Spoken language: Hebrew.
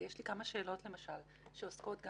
כי יש לי למשל כמה שאלות שעוסקות גם